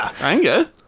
anger